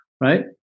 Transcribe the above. right